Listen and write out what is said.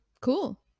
Cool